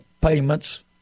payments